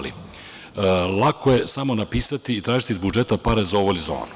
Lako je samo napisati i tražiti pare iz budžeta za ovo ili ono.